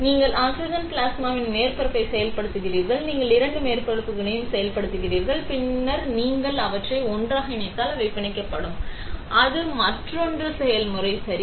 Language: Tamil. எனவே நீங்கள் ஆக்ஸிஜன் பிளாஸ்மாவுடன் மேற்பரப்பை செயல்படுத்துகிறீர்கள் நீங்கள் இரண்டு மேற்பரப்புகளையும் செயல்படுத்துகிறீர்கள் பின்னர் நீங்கள் அவற்றை ஒன்றாக இணைத்தால் அவை பிணைக்கப்படும் அது மற்றொரு செயல்முறை சரி